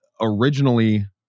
originally